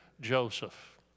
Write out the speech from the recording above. Joseph